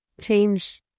change